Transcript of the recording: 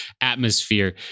atmosphere